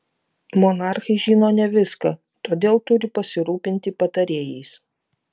monarchai žino ne viską todėl turi pasirūpinti patarėjais